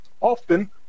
Often